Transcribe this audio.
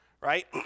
right